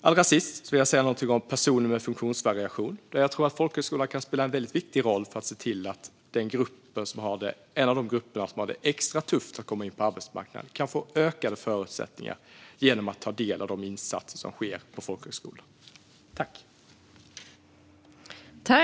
Allra sist vill jag säga någonting om personer med funktionsvariation, där jag tror att folkhögskolan kan spela en väldigt viktig roll för att se till att en av de grupper som har det extra tufft att komma in på arbetsmarknaden kan få ökade förutsättningar genom att ta del av folkhögskolans insatser.